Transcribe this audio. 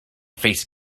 face